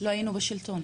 לא היינו בשלטון.